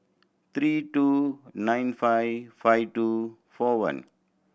three two nine five five two four one